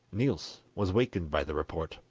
niels was wakened by the report.